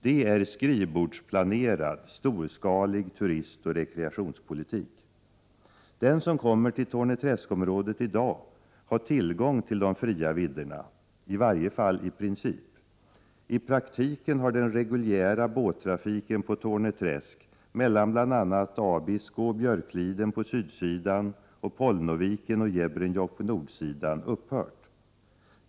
Det är skrivbordsplanerad storskalig turismoch rekreationspolitik. Den som kommer till Torne träsk-området i dag har tillgång till de fria vidderna — i varje fall i princip. I praktiken har den reguljära båttrafiken på Torne träsk mellan bl.a. Abisko och Björkliden på sydsidan och Pålnoviken och Jebrenjokk på nordsidan upphört.